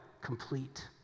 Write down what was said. Complete